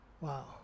Wow